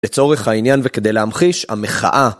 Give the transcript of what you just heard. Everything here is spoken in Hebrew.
לצורך העניין וכדי להמחיש, המחאה.